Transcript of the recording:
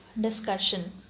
discussion